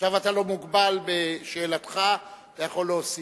עכשיו אתה לא מוגבל בשאלתך, אתה יכול להוסיף.